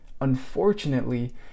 Unfortunately